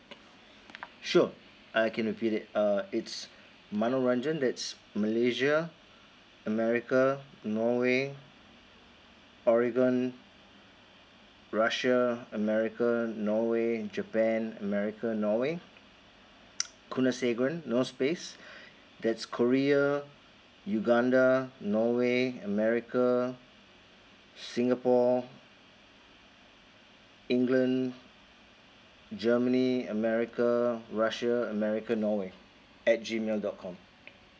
sure I can repeat it uh it's manoranjan that's malaysia america norway oregan russia america norway japan america norway kunasegaran no space that's korea uganda norway america singapore england germany america russia america norway at G mail dot com